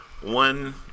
one